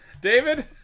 David